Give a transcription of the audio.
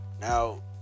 Now